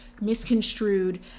misconstrued